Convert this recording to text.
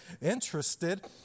interested